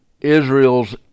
Israel's